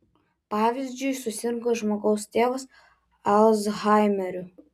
pavyzdžiui susirgo žmogaus tėvas alzhaimeriu